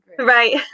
right